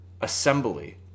assembly